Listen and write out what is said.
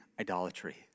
idolatry